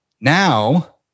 Now